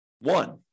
one